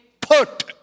put